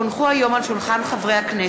כי הונחו היום על שולחן הכנסת,